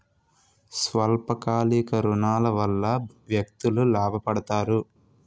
స్వల్ప కాలిక ఋణాల వల్ల వ్యక్తులు లాభ పడతారు